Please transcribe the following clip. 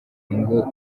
ngo